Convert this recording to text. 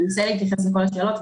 אנסה להתייחס לכל השאלות,